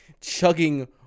chugging